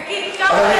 תגיד כמה עולה,